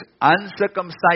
uncircumcised